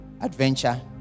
adventure